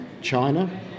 China